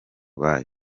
bayo